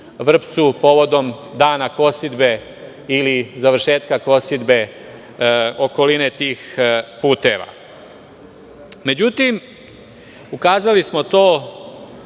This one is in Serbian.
povodom dana kosidbe ili završetka kosidbe okoline tih puteva.Međutim, ukazali smo to